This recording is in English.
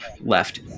left